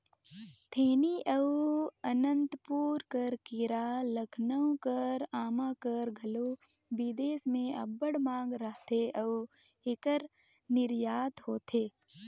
थेनी अउ अनंतपुर कर केरा, लखनऊ कर आमा कर घलो बिदेस में अब्बड़ मांग रहथे अउ एकर निरयात होथे